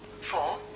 Four